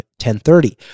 10.30